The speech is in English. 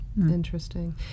Interesting